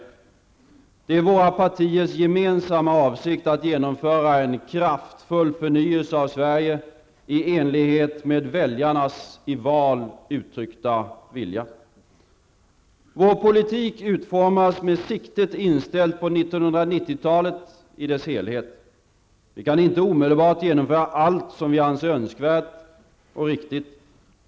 Det är våra partiers gemensamma avsikt att genomföra en kraftfull förnyelse av Sverige i enlighet med väljarnas i val uttryckta vilja. Vår politik utformas med siktet inställt på 1990 talet i dess helhet. Vi kan inte omedelbart genomföra allt som vi anser önskvärt och riktigt.